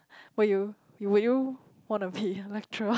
but you would you want to be a lecturer